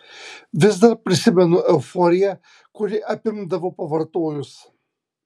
vis dar prisimenu euforiją kuri apimdavo pavartojus